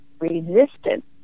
resistance